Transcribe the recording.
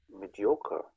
mediocre